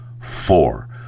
four